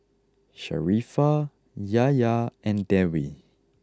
Sharifah Yahya and Dewi